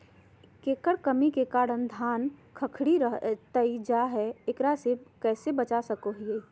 केकर कमी के कारण धान खखड़ी रहतई जा है, एकरा से कैसे बचा सको हियय?